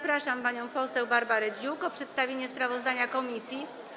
Proszę panią poseł Barbarę Dziuk o przedstawienie sprawozdania komisji.